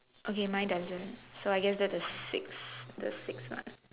okay my doesn't so I guess that is six there's six now